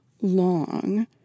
long